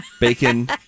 bacon